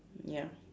ya